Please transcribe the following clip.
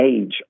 age